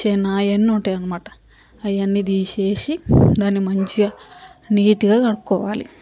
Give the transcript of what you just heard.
సెన అవన్నీ ఉంటాయి అనమాట అవన్నీ తీసేసి దాన్ని మంచిగా నీట్గా కడుక్కోవాలి